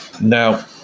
Now